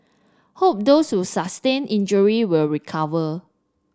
hope those who sustained injury will recover